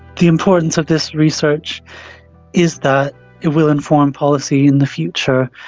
the importance of this research is that it will inform policy in the future.